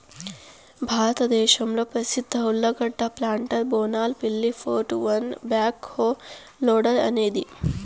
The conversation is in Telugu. భారతదేశంలో ప్రసిద్ధ ఉర్లగడ్డ ప్లాంటర్ బోనాల్ పిల్లి four two one backhoe loader అనేది